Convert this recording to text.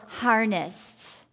harnessed